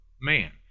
man